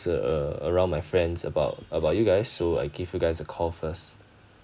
err around my friends about about you guys so I give you guys a call first